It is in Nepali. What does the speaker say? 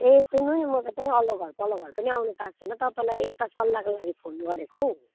ए सुन्नु नि म त त्यही अल्लो घर पल्लो घर पनि आउनु पाएको छुइनँ तपाईँलाई एउटा सल्लाहको लागि फोन गरेको हौ